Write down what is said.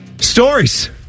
stories